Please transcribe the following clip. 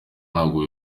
ntabwo